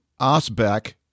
Osbeck